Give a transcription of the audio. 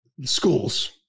Schools